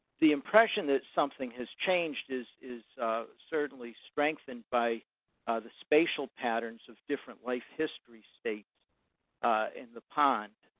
the impression that something has changed is is certainly strengthened by the spatial patterns of different life history states in the pond.